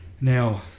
Now